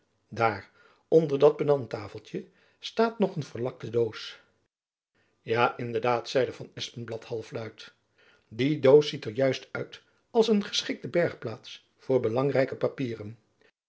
daar onder dat penant tafeltjen staat nog een verlakte doos ja in de daad zeide van espenblad half luid jacob van lennep elizabeth musch die doos ziet er juist uit als een geschikte bergplaats voor belangrijke papieren